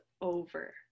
over